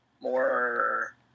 more